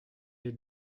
est